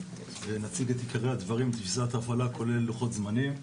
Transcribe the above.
נציג את עיקרי הדברים ותפיסת ההפעלה כולל לוחות זמנים.